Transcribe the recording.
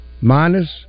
Minus